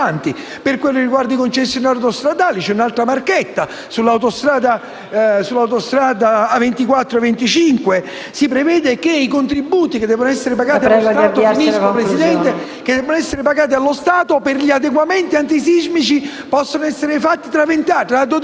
riguarda i concessionari autostradali, c'è un'altra marchetta: sull'autostrada A24-A25 si prevede che i contributi che devono essere pagati dallo Stato per gli adeguamenti antisismici possono essere fatti tra dodici anni.